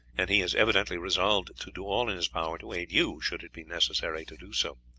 and he has evidently resolved to do all in his power to aid you, should it be necessary to do so.